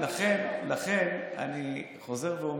לכן אני חוזר ואומר,